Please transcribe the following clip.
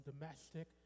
domestic